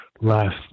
last